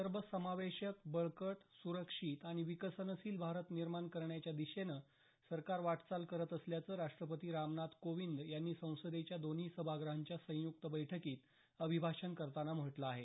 सर्वसमावेशक बळकट सुरक्षित आणि विकसनशील भारत निर्माण करण्याच्या दिशेनं सरकार वाटचाल करत असल्याचं राष्ट्रपती रामनाथ कोविंद यांनी संसदेच्या दोन्ही सभाग्रहातील सदस्यांसमोर अभिभाषण करताना म्हटलं आहे